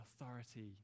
authority